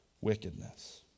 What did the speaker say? wickedness